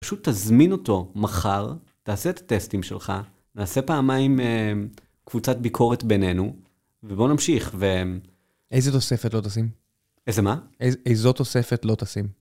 פשוט תזמין אותו מחר, תעשה את הטסטים שלך, נעשה פעמיים קבוצת ביקורת בינינו, ובוא נמשיך. איזה תוספת לא תשים? איזה מה? איזו תוספת לא תשים?